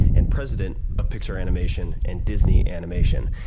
and president of pixar animation and disney animation.